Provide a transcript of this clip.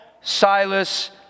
Silas